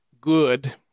good